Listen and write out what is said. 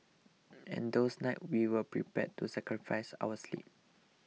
and those nights we were prepared to sacrifice our sleep